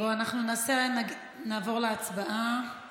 בואו נעבור להצבעה.